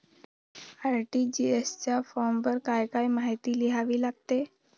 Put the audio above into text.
RTGS च्या फॉर्मवर काय काय माहिती लिहावी लागते?